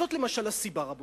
זאת למשל הסיבה, רבותי,